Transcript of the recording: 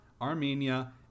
Armenia